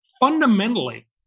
fundamentally